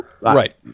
right